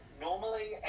normally